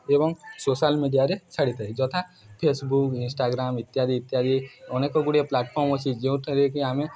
ଏବଂ ସୋସିଆଲ୍ ମିଡ଼ିଆରେ ଛାଡ଼ିଥାଏ ଯଥା ଫେସବୁକ୍ ଇନଷ୍ଟାଗ୍ରାମ୍ ଇତ୍ୟାଦି ଇତ୍ୟାଦି ଅନେକ ଗୁଡ଼ିଏ ପ୍ଲାଟଫର୍ମ୍ ଅଛି ଯେଉଠାରେ କି ଆମେ